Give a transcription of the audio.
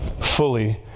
fully